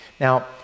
Now